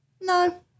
No